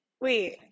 Wait